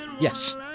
Yes